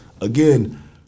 again